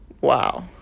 wow